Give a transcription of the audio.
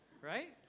right